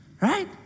right